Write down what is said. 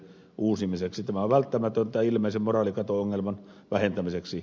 tämä on välttämätöntä ilmeisen moraalikato ongelman vähentämiseksi